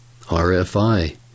RFI